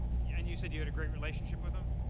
yeah and you said you had a great relationship with him.